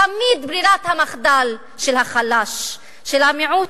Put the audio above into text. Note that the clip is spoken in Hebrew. תמיד, ברירת המחדל של החלש, של המיעוט,